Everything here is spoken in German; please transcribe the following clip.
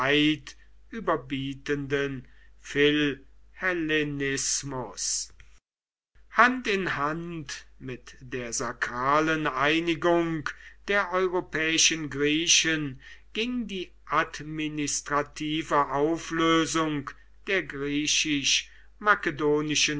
überbietenden philhellenismus hand in hand mit der sakralen einigung der europäischen griechen ging die administrative auflösung der